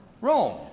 Rome